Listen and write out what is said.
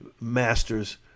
master's